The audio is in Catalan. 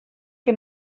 que